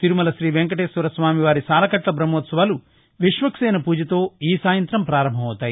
తిరుమల శ్రీవేంకటేశ్వరస్వామివారి సాలకట్ల భిహ్మాత్సవాలు విష్టక్సేన పూజతో ఈ సాయంత్రం ప్రపారంభం అవుతాయి